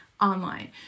online